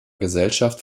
gesellschaft